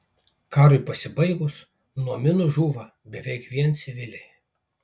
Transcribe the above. karui pasibaigus nuo minų žūva beveik vien civiliai